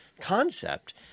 concept